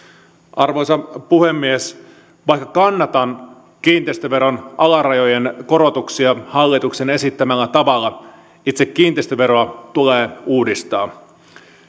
arvoisa puhemies vaikka kannatan kiinteistöveron alarajojen korotuksia hallituksen esittämällä tavalla itse kiinteistöveroa tulee uudistaa